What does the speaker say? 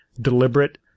deliberate